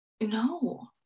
No